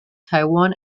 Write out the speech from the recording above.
taiwan